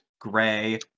gray